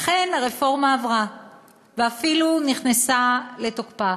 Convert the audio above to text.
אכן הרפורמה עברה ואפילו נכנסה לתוקפה